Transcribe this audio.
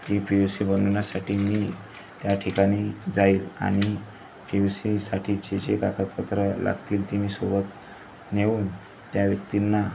ती P U C बनवण्या्साठी मी त्या ठिकाणी जाईल आणि पी यु सी साठी जे जे काकदपत्र लागतील ती मी सोबत नेऊन त्या व्यक्तींना